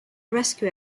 rescue